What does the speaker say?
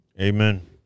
Amen